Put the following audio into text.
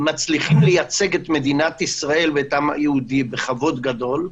אנחנו מצליחים לייצג את מדינת ישראל ואת העם היהודי בכבוד גדול.